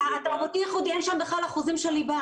בתרבותי-ייחודי אין בכלל אחוזים של ליבה.